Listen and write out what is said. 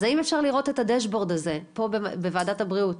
אז האם אפשר לראות את הדשבורד הזה פה בוועדת הבריאות?